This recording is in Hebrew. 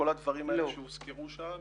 כל הדברים האלה שהוזכרו שם,